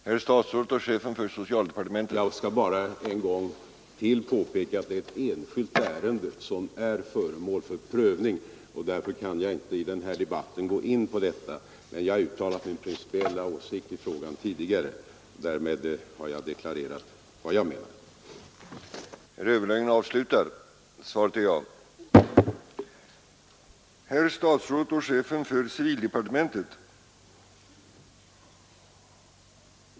Herr talman! Jag skall bara en gång till påpeka att det gäller ett enskilt ärende som är föremål för prövning och att jag därför inte i den här debatten kan gå in på detta. Men jag har uttalat min principiella åsikt i frågan tidigare, och därmed har jag deklarerat vad jag menar.